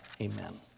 Amen